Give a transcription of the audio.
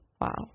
wow